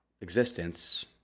existence